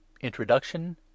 introduction